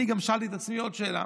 אני גם שאלתי את עצמי עוד שאלה.